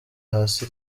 hasi